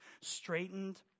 straightened